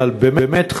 אבל באמת,